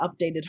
updated